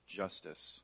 justice